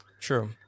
true